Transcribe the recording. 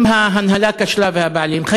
אם ההנהלה כשלה והבעלים כשלו,